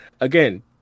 again